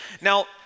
Now